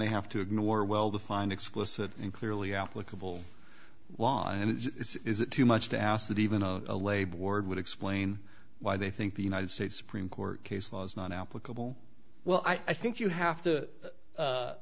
they have to ignore well the find explicit and clearly applicable law and is it too much to ask that even a labor board would explain why they think the united states supreme court case was not applicable well i think you have to